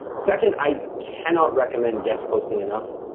second, i cannot recommend guest posting enough.